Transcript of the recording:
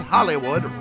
Hollywood